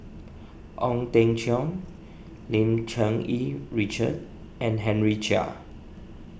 Ong Teng Cheong Lim Cherng Yih Richard and Henry Chia